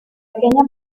pequeña